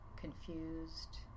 Confused